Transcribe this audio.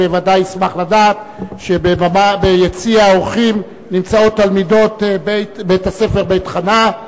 ודאי ישמח לדעת שביציע האורחים נמצאות תלמידות בית-הספר "בית חנה",